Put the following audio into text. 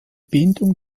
bindung